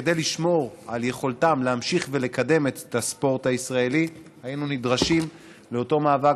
כדי לשמור על יכולתם להמשיך ולקדם את הספורט הישראלי נדרשנו לאותו מאבק,